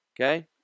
Okay